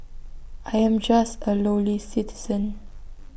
I am just A lowly citizen